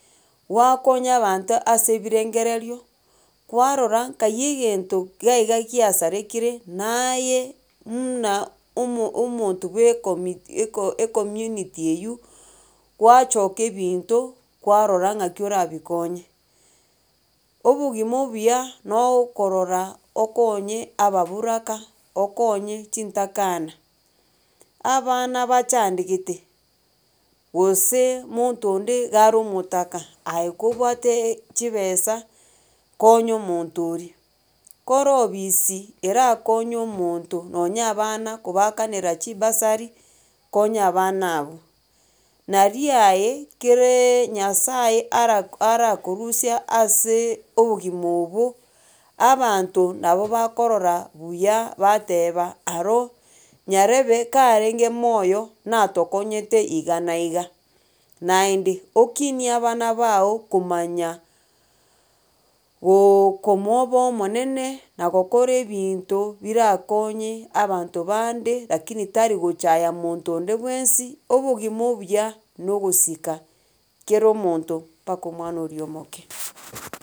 Gwakonya abanto ase ebirengererio kwarora nkai egento gaiga giasarekire naye muna omo omonto bwa ecommit eco ecommunity eywo, gwachoka ebinto, kwarora ng'aki orabikonye. Obogima obuya nokorora okonye ababuraka okonye chintakana, abana bachandegete gose monto onde iga are omotaka aye kobwate chibesa konya omonto oria, kore obisi erakonye omonto nonye abana kobaakanera chibursary konya abana abwo nari aye kereee nyasaye ara arakorusia ase obogima obwo, abanto nabo bakorora buya bateba aro nyarebe karenge moyo natokonyete iga na iga. Naende, okinie abana bago komanya goooo komooboa omonene nagokora ebinto bira konye abanto bande lakini tari gochaya monto onde bwensi. Obogima obuya nogosika kera omonto mpaka omwana oria omoke.